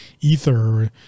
ether